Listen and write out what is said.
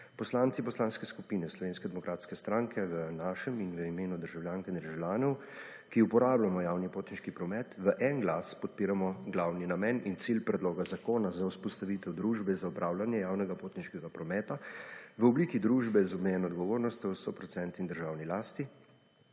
Poslanci Poslanske skupine Slovenske demokratske stranke v našem in v imenu državljank in državljanov, ki uporabljamo javni potniški promet, v en glas podpiramo glavni namen in cilj predloga zakona za vzpostavitev družbe za opravljanje javnega potniškega prometa v obliki družbe z omejeno odgovornostjo, v stoprocentni državni lasti,